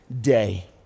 day